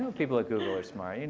people at google are smart. you know